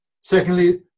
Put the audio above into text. Secondly